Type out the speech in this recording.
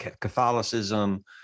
Catholicism